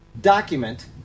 document